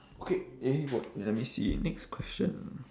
okay eh what let me see next question